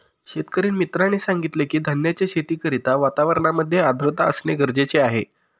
शेतकरी मित्राने सांगितलं की, धान्याच्या शेती करिता वातावरणामध्ये आर्द्रता असणे गरजेचे आहे